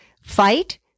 fight